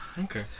Okay